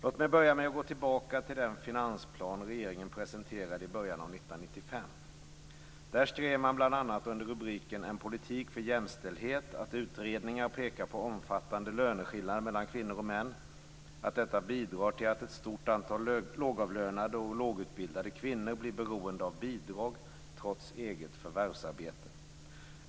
Låt mig börja med att gå tillbaka till den finansplan som regeringen presenterade i början av 1995. Där skrev man bl.a. under rubriken En politik för jämställdhet att utredningar pekar på omfattande löneskillnader mellan kvinnor och män, att detta bidrar till att ett stort antal lågavlönade och lågutbildade kvinnor blir beroende av bidrag, trots eget förvärvsarbete.